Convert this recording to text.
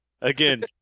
Again